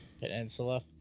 Peninsula